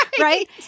right